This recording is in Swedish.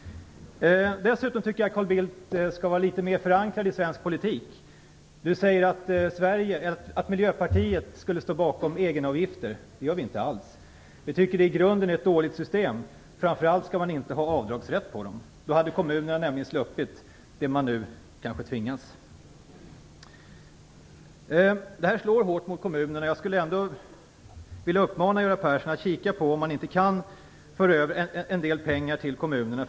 Dessutom tycker jag att Carl Bildt borde vara litet mer förankrad i svensk politik. Carl Bildt säger att Miljöpartiet skulle stå bakom egenavgifter. Det gör vi inte alls. Vi tycker att det i grunden är ett dåligt system. Framför allt skall man inte ha avdragsrätt för egenavgifter. Hade man inte haft det hade kommunerna nämligen sluppit det man nu kanske tvingas till. Det förslaget slår hårt mot kommunerna. Jag skulle ändå vilja uppmana Göran Persson att titta närmare på om man inte kan föra över en del pengar till kommunerna.